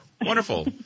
Wonderful